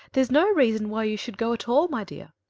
there's no reason why you should go at all, my dear,